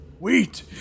Wait